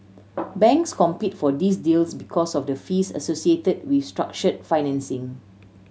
banks compete for these deals because of the fees associated with structure financing